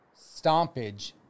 stompage